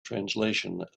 translation